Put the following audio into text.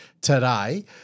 today